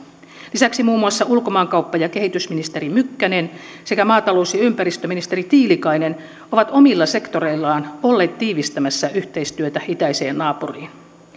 lisäksi muun muassa ulkomaankauppa ja kehitysministeri mykkänen sekä maatalous ja ympäristöministeri tiilikainen ovat omilla sektoreillaan olleet tiivistämässä yhteistyötä itäiseen naapuriin